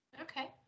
Okay